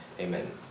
Amen